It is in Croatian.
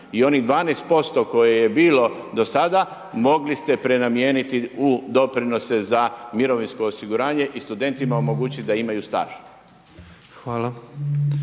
I onih 12% koje je bilo do sada, mogli ste prenamijeniti u doprinose za mirovinsko osiguranje i studentima omogućiti da imaju staž.